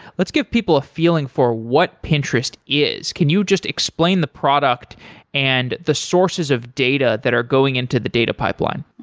let's give people a feeling for what pinterest is. can you just explain the product and the sources of data that are going into the data pipeline?